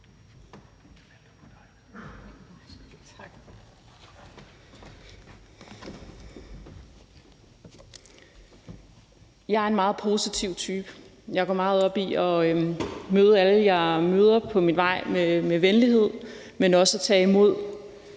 Jeg er en meget positiv type. Jeg går meget op i at møde alle, jeg møder på min vej, med venlighed, men også at tage imod